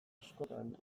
askotan